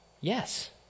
Yes